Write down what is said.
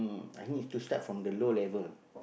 I need to start from the low level